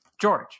george